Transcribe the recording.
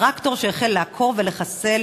התחיל להתחסל,